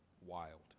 wild